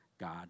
God